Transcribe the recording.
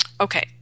Okay